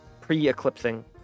Pre-eclipsing